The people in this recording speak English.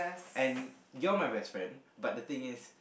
and you're my best friend but the thing is